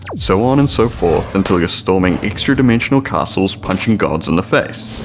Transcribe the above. so on and so forth, until you're storming extra dimensional castles punching gods in the face!